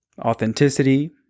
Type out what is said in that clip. authenticity